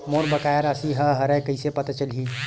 मोर बकाया राशि का हरय कइसे पता चलहि?